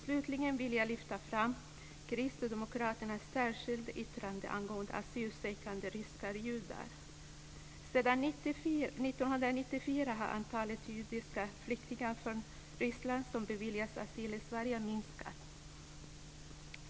Slutligen vill jag lyfta fram kristdemokraternas särskilda yttrande angående asylsökande ryska judar. Sedan 1994 har antalet judiska flyktingar från Ryssland som beviljats asyl i Sverige minskat.